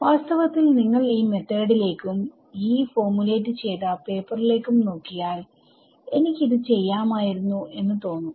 വാസ്തവത്തിൽ നിങ്ങൾ ഈ മെത്തേഡ് ലേക്കും Yee ഫോർമുലേറ്റ് ചെയ്ത പേപ്പർ ലേക്കും നോക്കിയാൽ എനിക്ക് ഇത് ചെയ്യാമായിരുന്നു എന്ന് തോന്നും